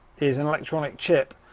is an electronic chip.